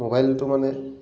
মোবাইলটো মানে